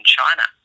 China